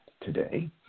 today